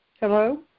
Hello